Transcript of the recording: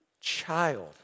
child